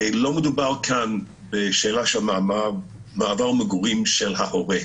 לא מדובר כאן בשאלה של מעבר מגורים של ההורה,